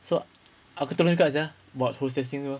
so aku tolong sia buat hose testing tu